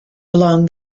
along